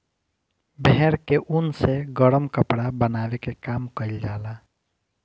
भेड़ के ऊन से गरम कपड़ा बनावे के काम कईल जाला